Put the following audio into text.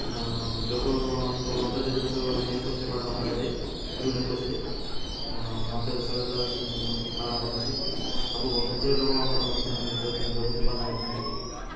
ଆଉ ଯୋଗ ଅନ୍ତର୍ଜାତୀୟ ଦିବସ ମେ ଏକୋଇଶରେ ପାଳନ କରାଯାଏ ଜୁନ ଏକୋଇଶରେ ଅର୍ନ୍ତ ଦେଶରେ ପୁରା ପାଳନ କରୁଛନ୍ତି ସବୁ ପୃଥିବୀ ଲୋକ ଯୋଗକୁ ପାଳନ କରୁଛନ୍ତି